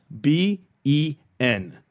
B-E-N